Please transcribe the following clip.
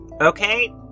Okay